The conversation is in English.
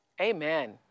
Amen